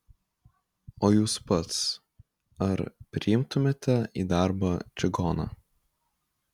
o jūs pats ar priimtumėte į darbą čigoną